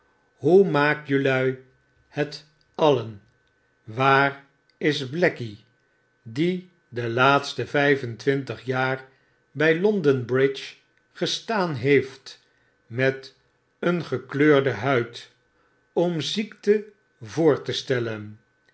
hoe maak jelui het alien waar is blackey die de laatste vyf en twintig jaar by londen bridge gestaan heeft met een gekleurde huid om ziekte voor te stellen